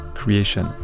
creation